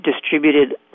distributed